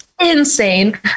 insane